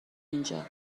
اینجا